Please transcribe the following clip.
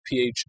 phd